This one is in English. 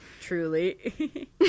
Truly